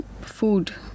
food